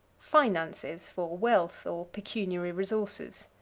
finances for wealth, or pecuniary resources.